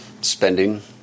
spending